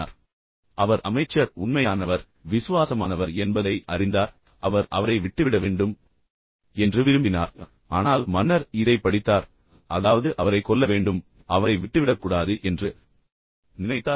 அவர் உண்மையில் அமைச்சர் உண்மையானவர் பின்னர் விசுவாசமானவர் என்பதை அறிந்தார் பின்னர் அவர் அவரை விட்டுவிட வேண்டும் என்று விரும்பினார் ஆனால் மன்னர் இதைப் படித்தார் அதாவது அவரைக் கொல்ல வேண்டும் அவரை விட்டுவிடக் கூடாது என்று நினைத்தார்